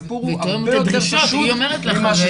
הסיפור הרבה יותר פשוט ממה שזה נראה.